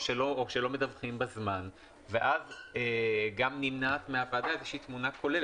שלא מדווחים בזמן ואז גם נמנעת מהוועדה איזושהי תמונה כוללת.